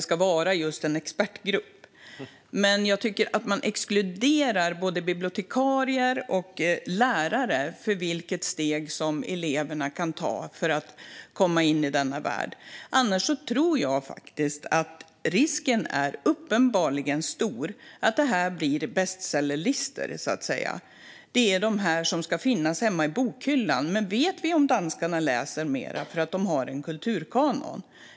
Jag tycker dock att man exkluderar både bibliotekarier och lärare från vilka steg eleverna kan ta för att komma in i denna värld. Därmed tror jag att risken är stor att det blir bestsellerlistor: Det är de här böckerna som ska finnas hemma i bokhyllan. Vet vi om danskarna läser mer för att de har en kulturkanon?